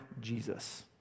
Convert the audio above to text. Jesus